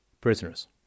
prisoners